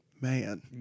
man